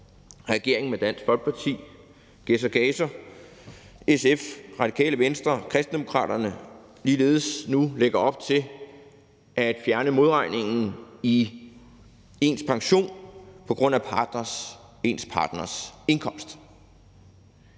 regeringen med Dansk Folkeparti, Gæs og Gaser, SF, Radikale Venstre, Kristendemokraterne ligeledes nu lægger op til at fjerne modregningen i ens pension på grund af ens partners indkomst.